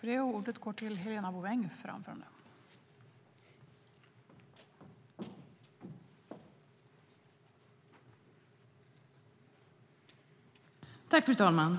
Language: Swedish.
Fru talman!